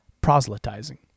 proselytizing